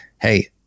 hey